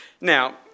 Now